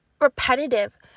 repetitive